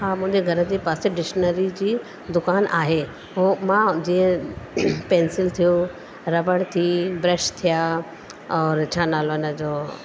हा मुंहिंजे घर जे पासे डिशनरी जी दुकानु आहे हो मां जीअं पैंसिल थियो रॿड़ थी ब्रश थिया और छा नालो आहे हिनजो